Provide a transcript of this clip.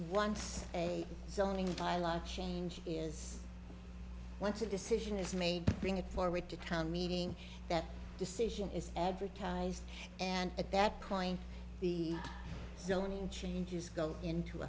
once a zoning dialog change is once a decision is made bring it forward to town meeting that decision is advertised and at that point the zoning changes go into